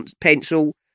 pencil